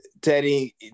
Teddy